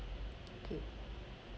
okay